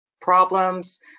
problems